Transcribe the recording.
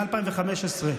מ-2015,